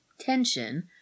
Tension